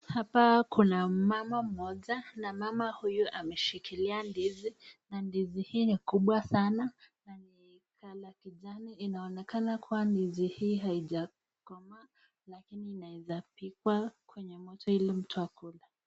Hapa kuna mama mmoja na mama huyu ameshikilia ndizi na ndizi ni kubwa sana na ni colour kijani. Inaonekana kuwa ndizi hii haijakomaa lakini inaweza pikwa kwenye moja ili mtu akule.